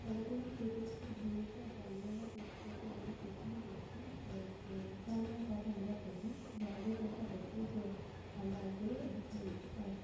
খেলাধুলায় প্রযুক্তির ভূমিকা বর্ণনা করতে গিয়ে আমরা প্রথমে দেখি যে ক্যামেরার কথা আমরা বলি যে আগে যেটা হতো যে আমরা আগে হচ্ছে